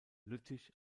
lüttich